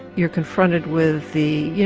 you're confronted with the, you